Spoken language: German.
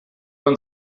man